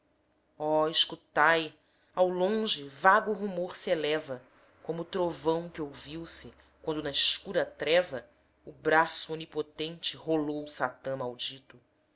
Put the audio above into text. oh escutai ao longe vago rumor se eleva como o trovão que ouviu-se quando na escura treva o braço onipotente rolou